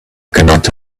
cannot